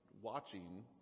watching